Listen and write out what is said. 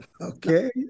Okay